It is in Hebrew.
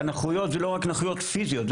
והנכויות זה לא רק נכויות פיזיות.